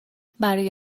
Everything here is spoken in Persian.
برای